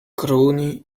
cruni